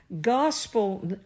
gospel